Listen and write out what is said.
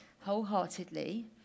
wholeheartedly